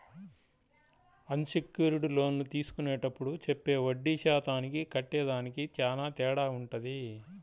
అన్ secured లోన్లు తీసుకునేప్పుడు చెప్పే వడ్డీ శాతానికి కట్టేదానికి చానా తేడా వుంటది